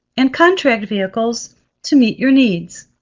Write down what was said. and contract vehicles to meet your needs.